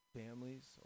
families